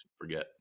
forget